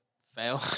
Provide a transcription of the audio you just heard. fail